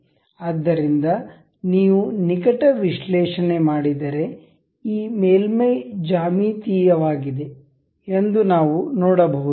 ಆದ್ದರಿಂದ ನೀವು ನಿಕಟ ವಿಶ್ಲೇಷಣೆ ಮಾಡಿದರೆ ಈ ಮೇಲ್ಮೈ ಜ್ಯಾಮಿತೀಯವಾಗಿದೆ ಎಂದು ನಾವು ನೋಡಬಹುದು